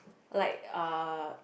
like uh